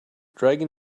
dragon